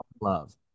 Love